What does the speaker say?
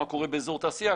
מה קורה באזור תעשייה?